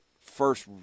first